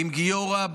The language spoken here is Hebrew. עם גיורא,